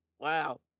wow